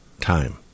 time